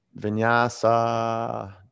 Vinyasa